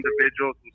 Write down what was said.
individuals